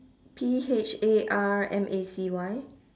P H A R M A C Y